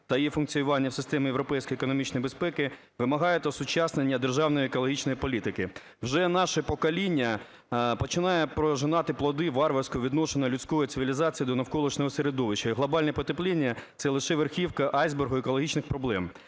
та її функціонування в системі європейської економічної безпеки вимагає осучаснення державної екологічної політики. Вже наше покоління починає пожинати плоди варварського відношення людської цивілізації до навколишнього середовища. І глобальне потепління – це лише верхівка айсбергу екологічних проблем.